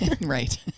right